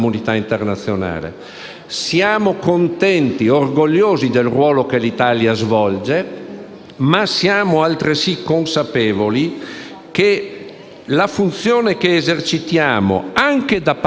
la comunità internazionale, anche con l'aiuto delle istituzioni europee, possa esprimersi con maggiore autorevolezza. Il cosiddetto *soft power* dell'Unione europea può diventare determinante,